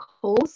calls